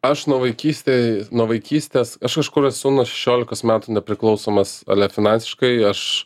aš nuo vaikystė nuo vaikystės aš kažkur esu nuo šešiolikos metų nepriklausomas ale finansiškai aš